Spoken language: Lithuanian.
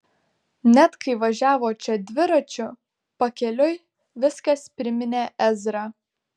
net kai važiavo čia dviračiu pakeliui viskas priminė ezrą